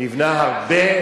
נבנה הרבה,